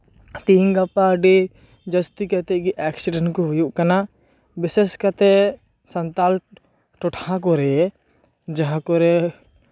ᱛᱮᱦᱤᱧ ᱜᱟᱯᱟ ᱟᱹᱰᱤ ᱡᱟᱹᱥᱛᱤ ᱠᱟᱛᱮᱫ ᱜᱮ ᱮᱠᱥᱤᱰᱮᱱᱴ ᱠᱚ ᱦᱩᱭᱩᱜ ᱠᱟᱱᱟ ᱵᱤᱥᱮᱥ ᱠᱟᱛᱮᱫ ᱥᱟᱱᱛᱟᱞ ᱴᱚᱴᱷᱟ ᱠᱚᱨᱮ ᱡᱟᱦᱟᱸ ᱠᱚᱨᱮ